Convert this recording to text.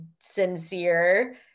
sincere